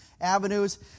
avenues